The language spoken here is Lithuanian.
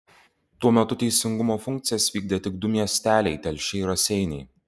tuo metu teisingumo funkcijas vykdė tik du miesteliai telšiai ir raseiniai